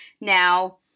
Now